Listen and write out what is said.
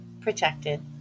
Protected